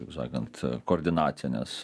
taip sakant koordinacinės